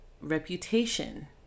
reputation